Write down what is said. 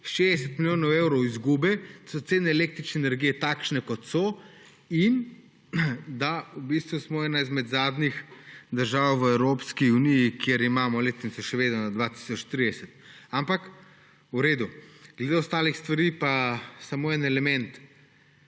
60 milijonov evrov izgube, so cene električne energije takšne, kot so, in smo v bistvu ena izmed zadnjih držav v Evropski uniji, kjer imamo letnico še vedno na 2030, ampak v redu. Glede ostalih stvari pa samo en element.